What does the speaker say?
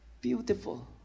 Beautiful